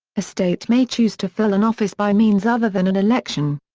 a state may choose to fill an office by means other than an election.